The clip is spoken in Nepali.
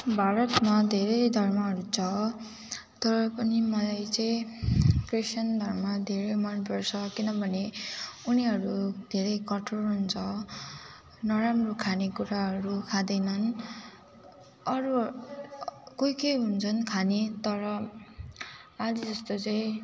भारतमा धेरै धर्महरू छ तर पनि मलाई चाहिँ क्रिस्चियन धर्म धेरै मन पर्छ किन भने उनीहरू धेरै कठोर हुन्छ नराम्रो खानेकुराहरू खाँदैनन् अरूहरू कोही कोही हुन्छन् खाने तर आधी जस्तो चाहिँ